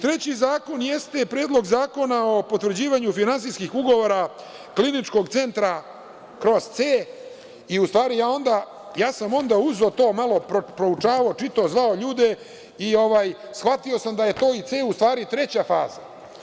Treći zakon jeste Predlog zakona o potvrđivanju finansijskih ugovora Kliničkog centra/C i u stvari, ja sam onda to uzeo, malo proučavao, čitao, zvao ljude i shvatio sam da je taj C u stvari treća faza.